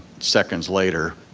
seconds later,